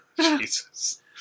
Jesus